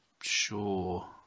sure